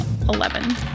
Eleven